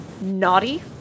naughty